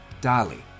Dali